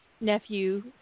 nephew